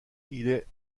est